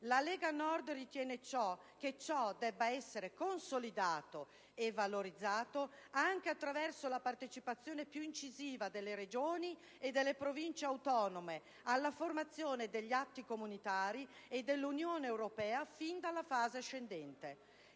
La Lega Nord ritiene che ciò debba essere consolidato e valorizzato anche attraverso la partecipazione più incisiva delle Regioni e delle Province autonome alla formazione degli atti comunitari e dell'Unione europea fin dalla fase ascendente.